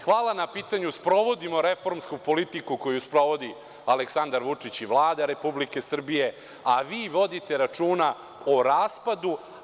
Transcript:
Hvala na pitanju, sprovodimo reformsku politiku koju sprovodi Aleksandar Vučić i Vlada Republike Srbije, a vi vodite računa o raspadu.